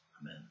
amen